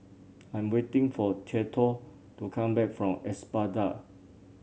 I'm waiting for Theadore to come back from Espada